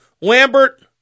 Lambert